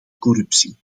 corruptie